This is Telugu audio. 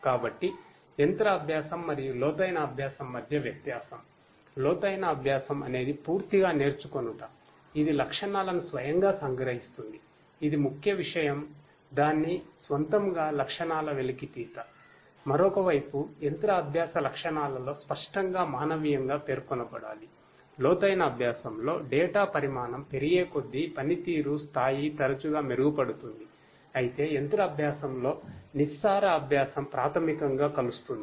కాబట్టి మెషిన్ లెర్నింగ్ లో నిస్సార అభ్యాసం ప్రాథమికంగా కలుస్తుంది